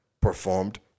performed